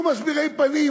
תהיו מסבירי פנים,